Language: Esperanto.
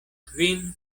kvin